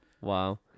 Wow